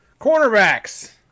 cornerbacks